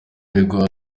uregwa